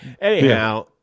Anyhow